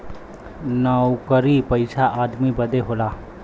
नउकरी पइसा आदमी बदे होला